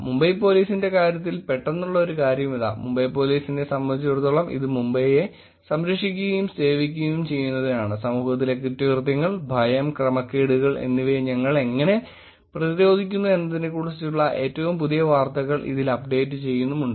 മുംബൈ പോലീസിന്റെ കാര്യത്തിൽ പെട്ടെന്നുള്ള ഒരു കാര്യം ഇതാ മുംബൈ പോലീസിനെ സംബന്ധിച്ചിടത്തോളം ഇത് മുംബൈയെ സംരക്ഷിക്കുകയും സേവിക്കുകയും ചെയ്യുന്നതിനാണ് സമൂഹത്തിലെ കുറ്റകൃത്യങ്ങൾ ഭയം ക്രമക്കേടുകൾ എന്നിവയെ ഞങ്ങൾ എങ്ങനെ പ്രതിരോധിക്കുന്നു എന്നതിനെക്കുറിച്ചുള്ള ഏറ്റവും പുതിയ വാർത്തകൾ ഇതിൽ അപ്ഡേറ്റ് ചെയ്യുന്നുമുണ്ട്